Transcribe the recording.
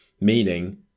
Meaning